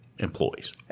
employees